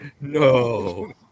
No